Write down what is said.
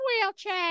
wheelchair